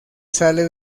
sale